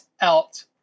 out